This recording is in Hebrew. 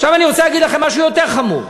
עכשיו אני רוצה להגיד לכם משהו יותר חמור: